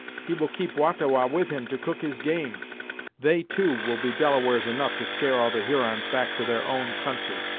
he will keep wah-ta-wah with him to cook his game they two will be delawares enough to scare all the hurons back to their own country.